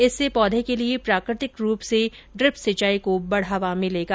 इससे पौधे के लिए प्राकृतिक रूप से ड्रिप सिंचाई को बढावा मिलेगा